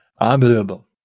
Unbelievable